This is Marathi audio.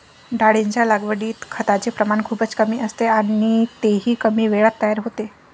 डाळींच्या लागवडीत खताचे प्रमाण खूपच कमी असते आणि तेही कमी वेळात तयार होते